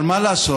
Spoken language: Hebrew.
אבל מה לעשות?